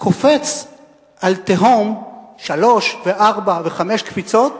קופץ על תהום שלוש וארבע וחמש קפיצות,